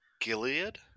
Gilead